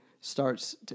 starts